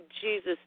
Jesus